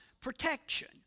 protection